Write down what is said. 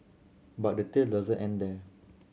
but the tail doesn't end there